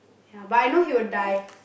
ya but I know he will die